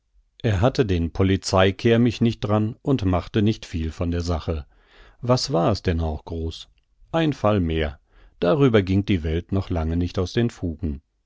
er hatte den polizei kehrmichnichtdran und machte nicht viel von der sache was war es denn auch groß ein fall mehr darüber ging die welt noch lange nicht aus den fugen